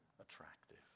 attractive